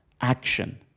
action